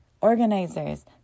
organizers